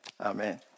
amen